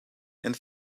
and